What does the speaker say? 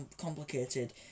complicated